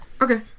Okay